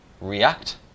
react